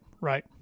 right